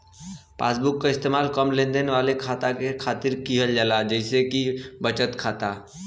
passbook क इस्तेमाल कम लेनदेन मात्रा वाले खाता के खातिर किहल जाला जइसे कि बचत खाता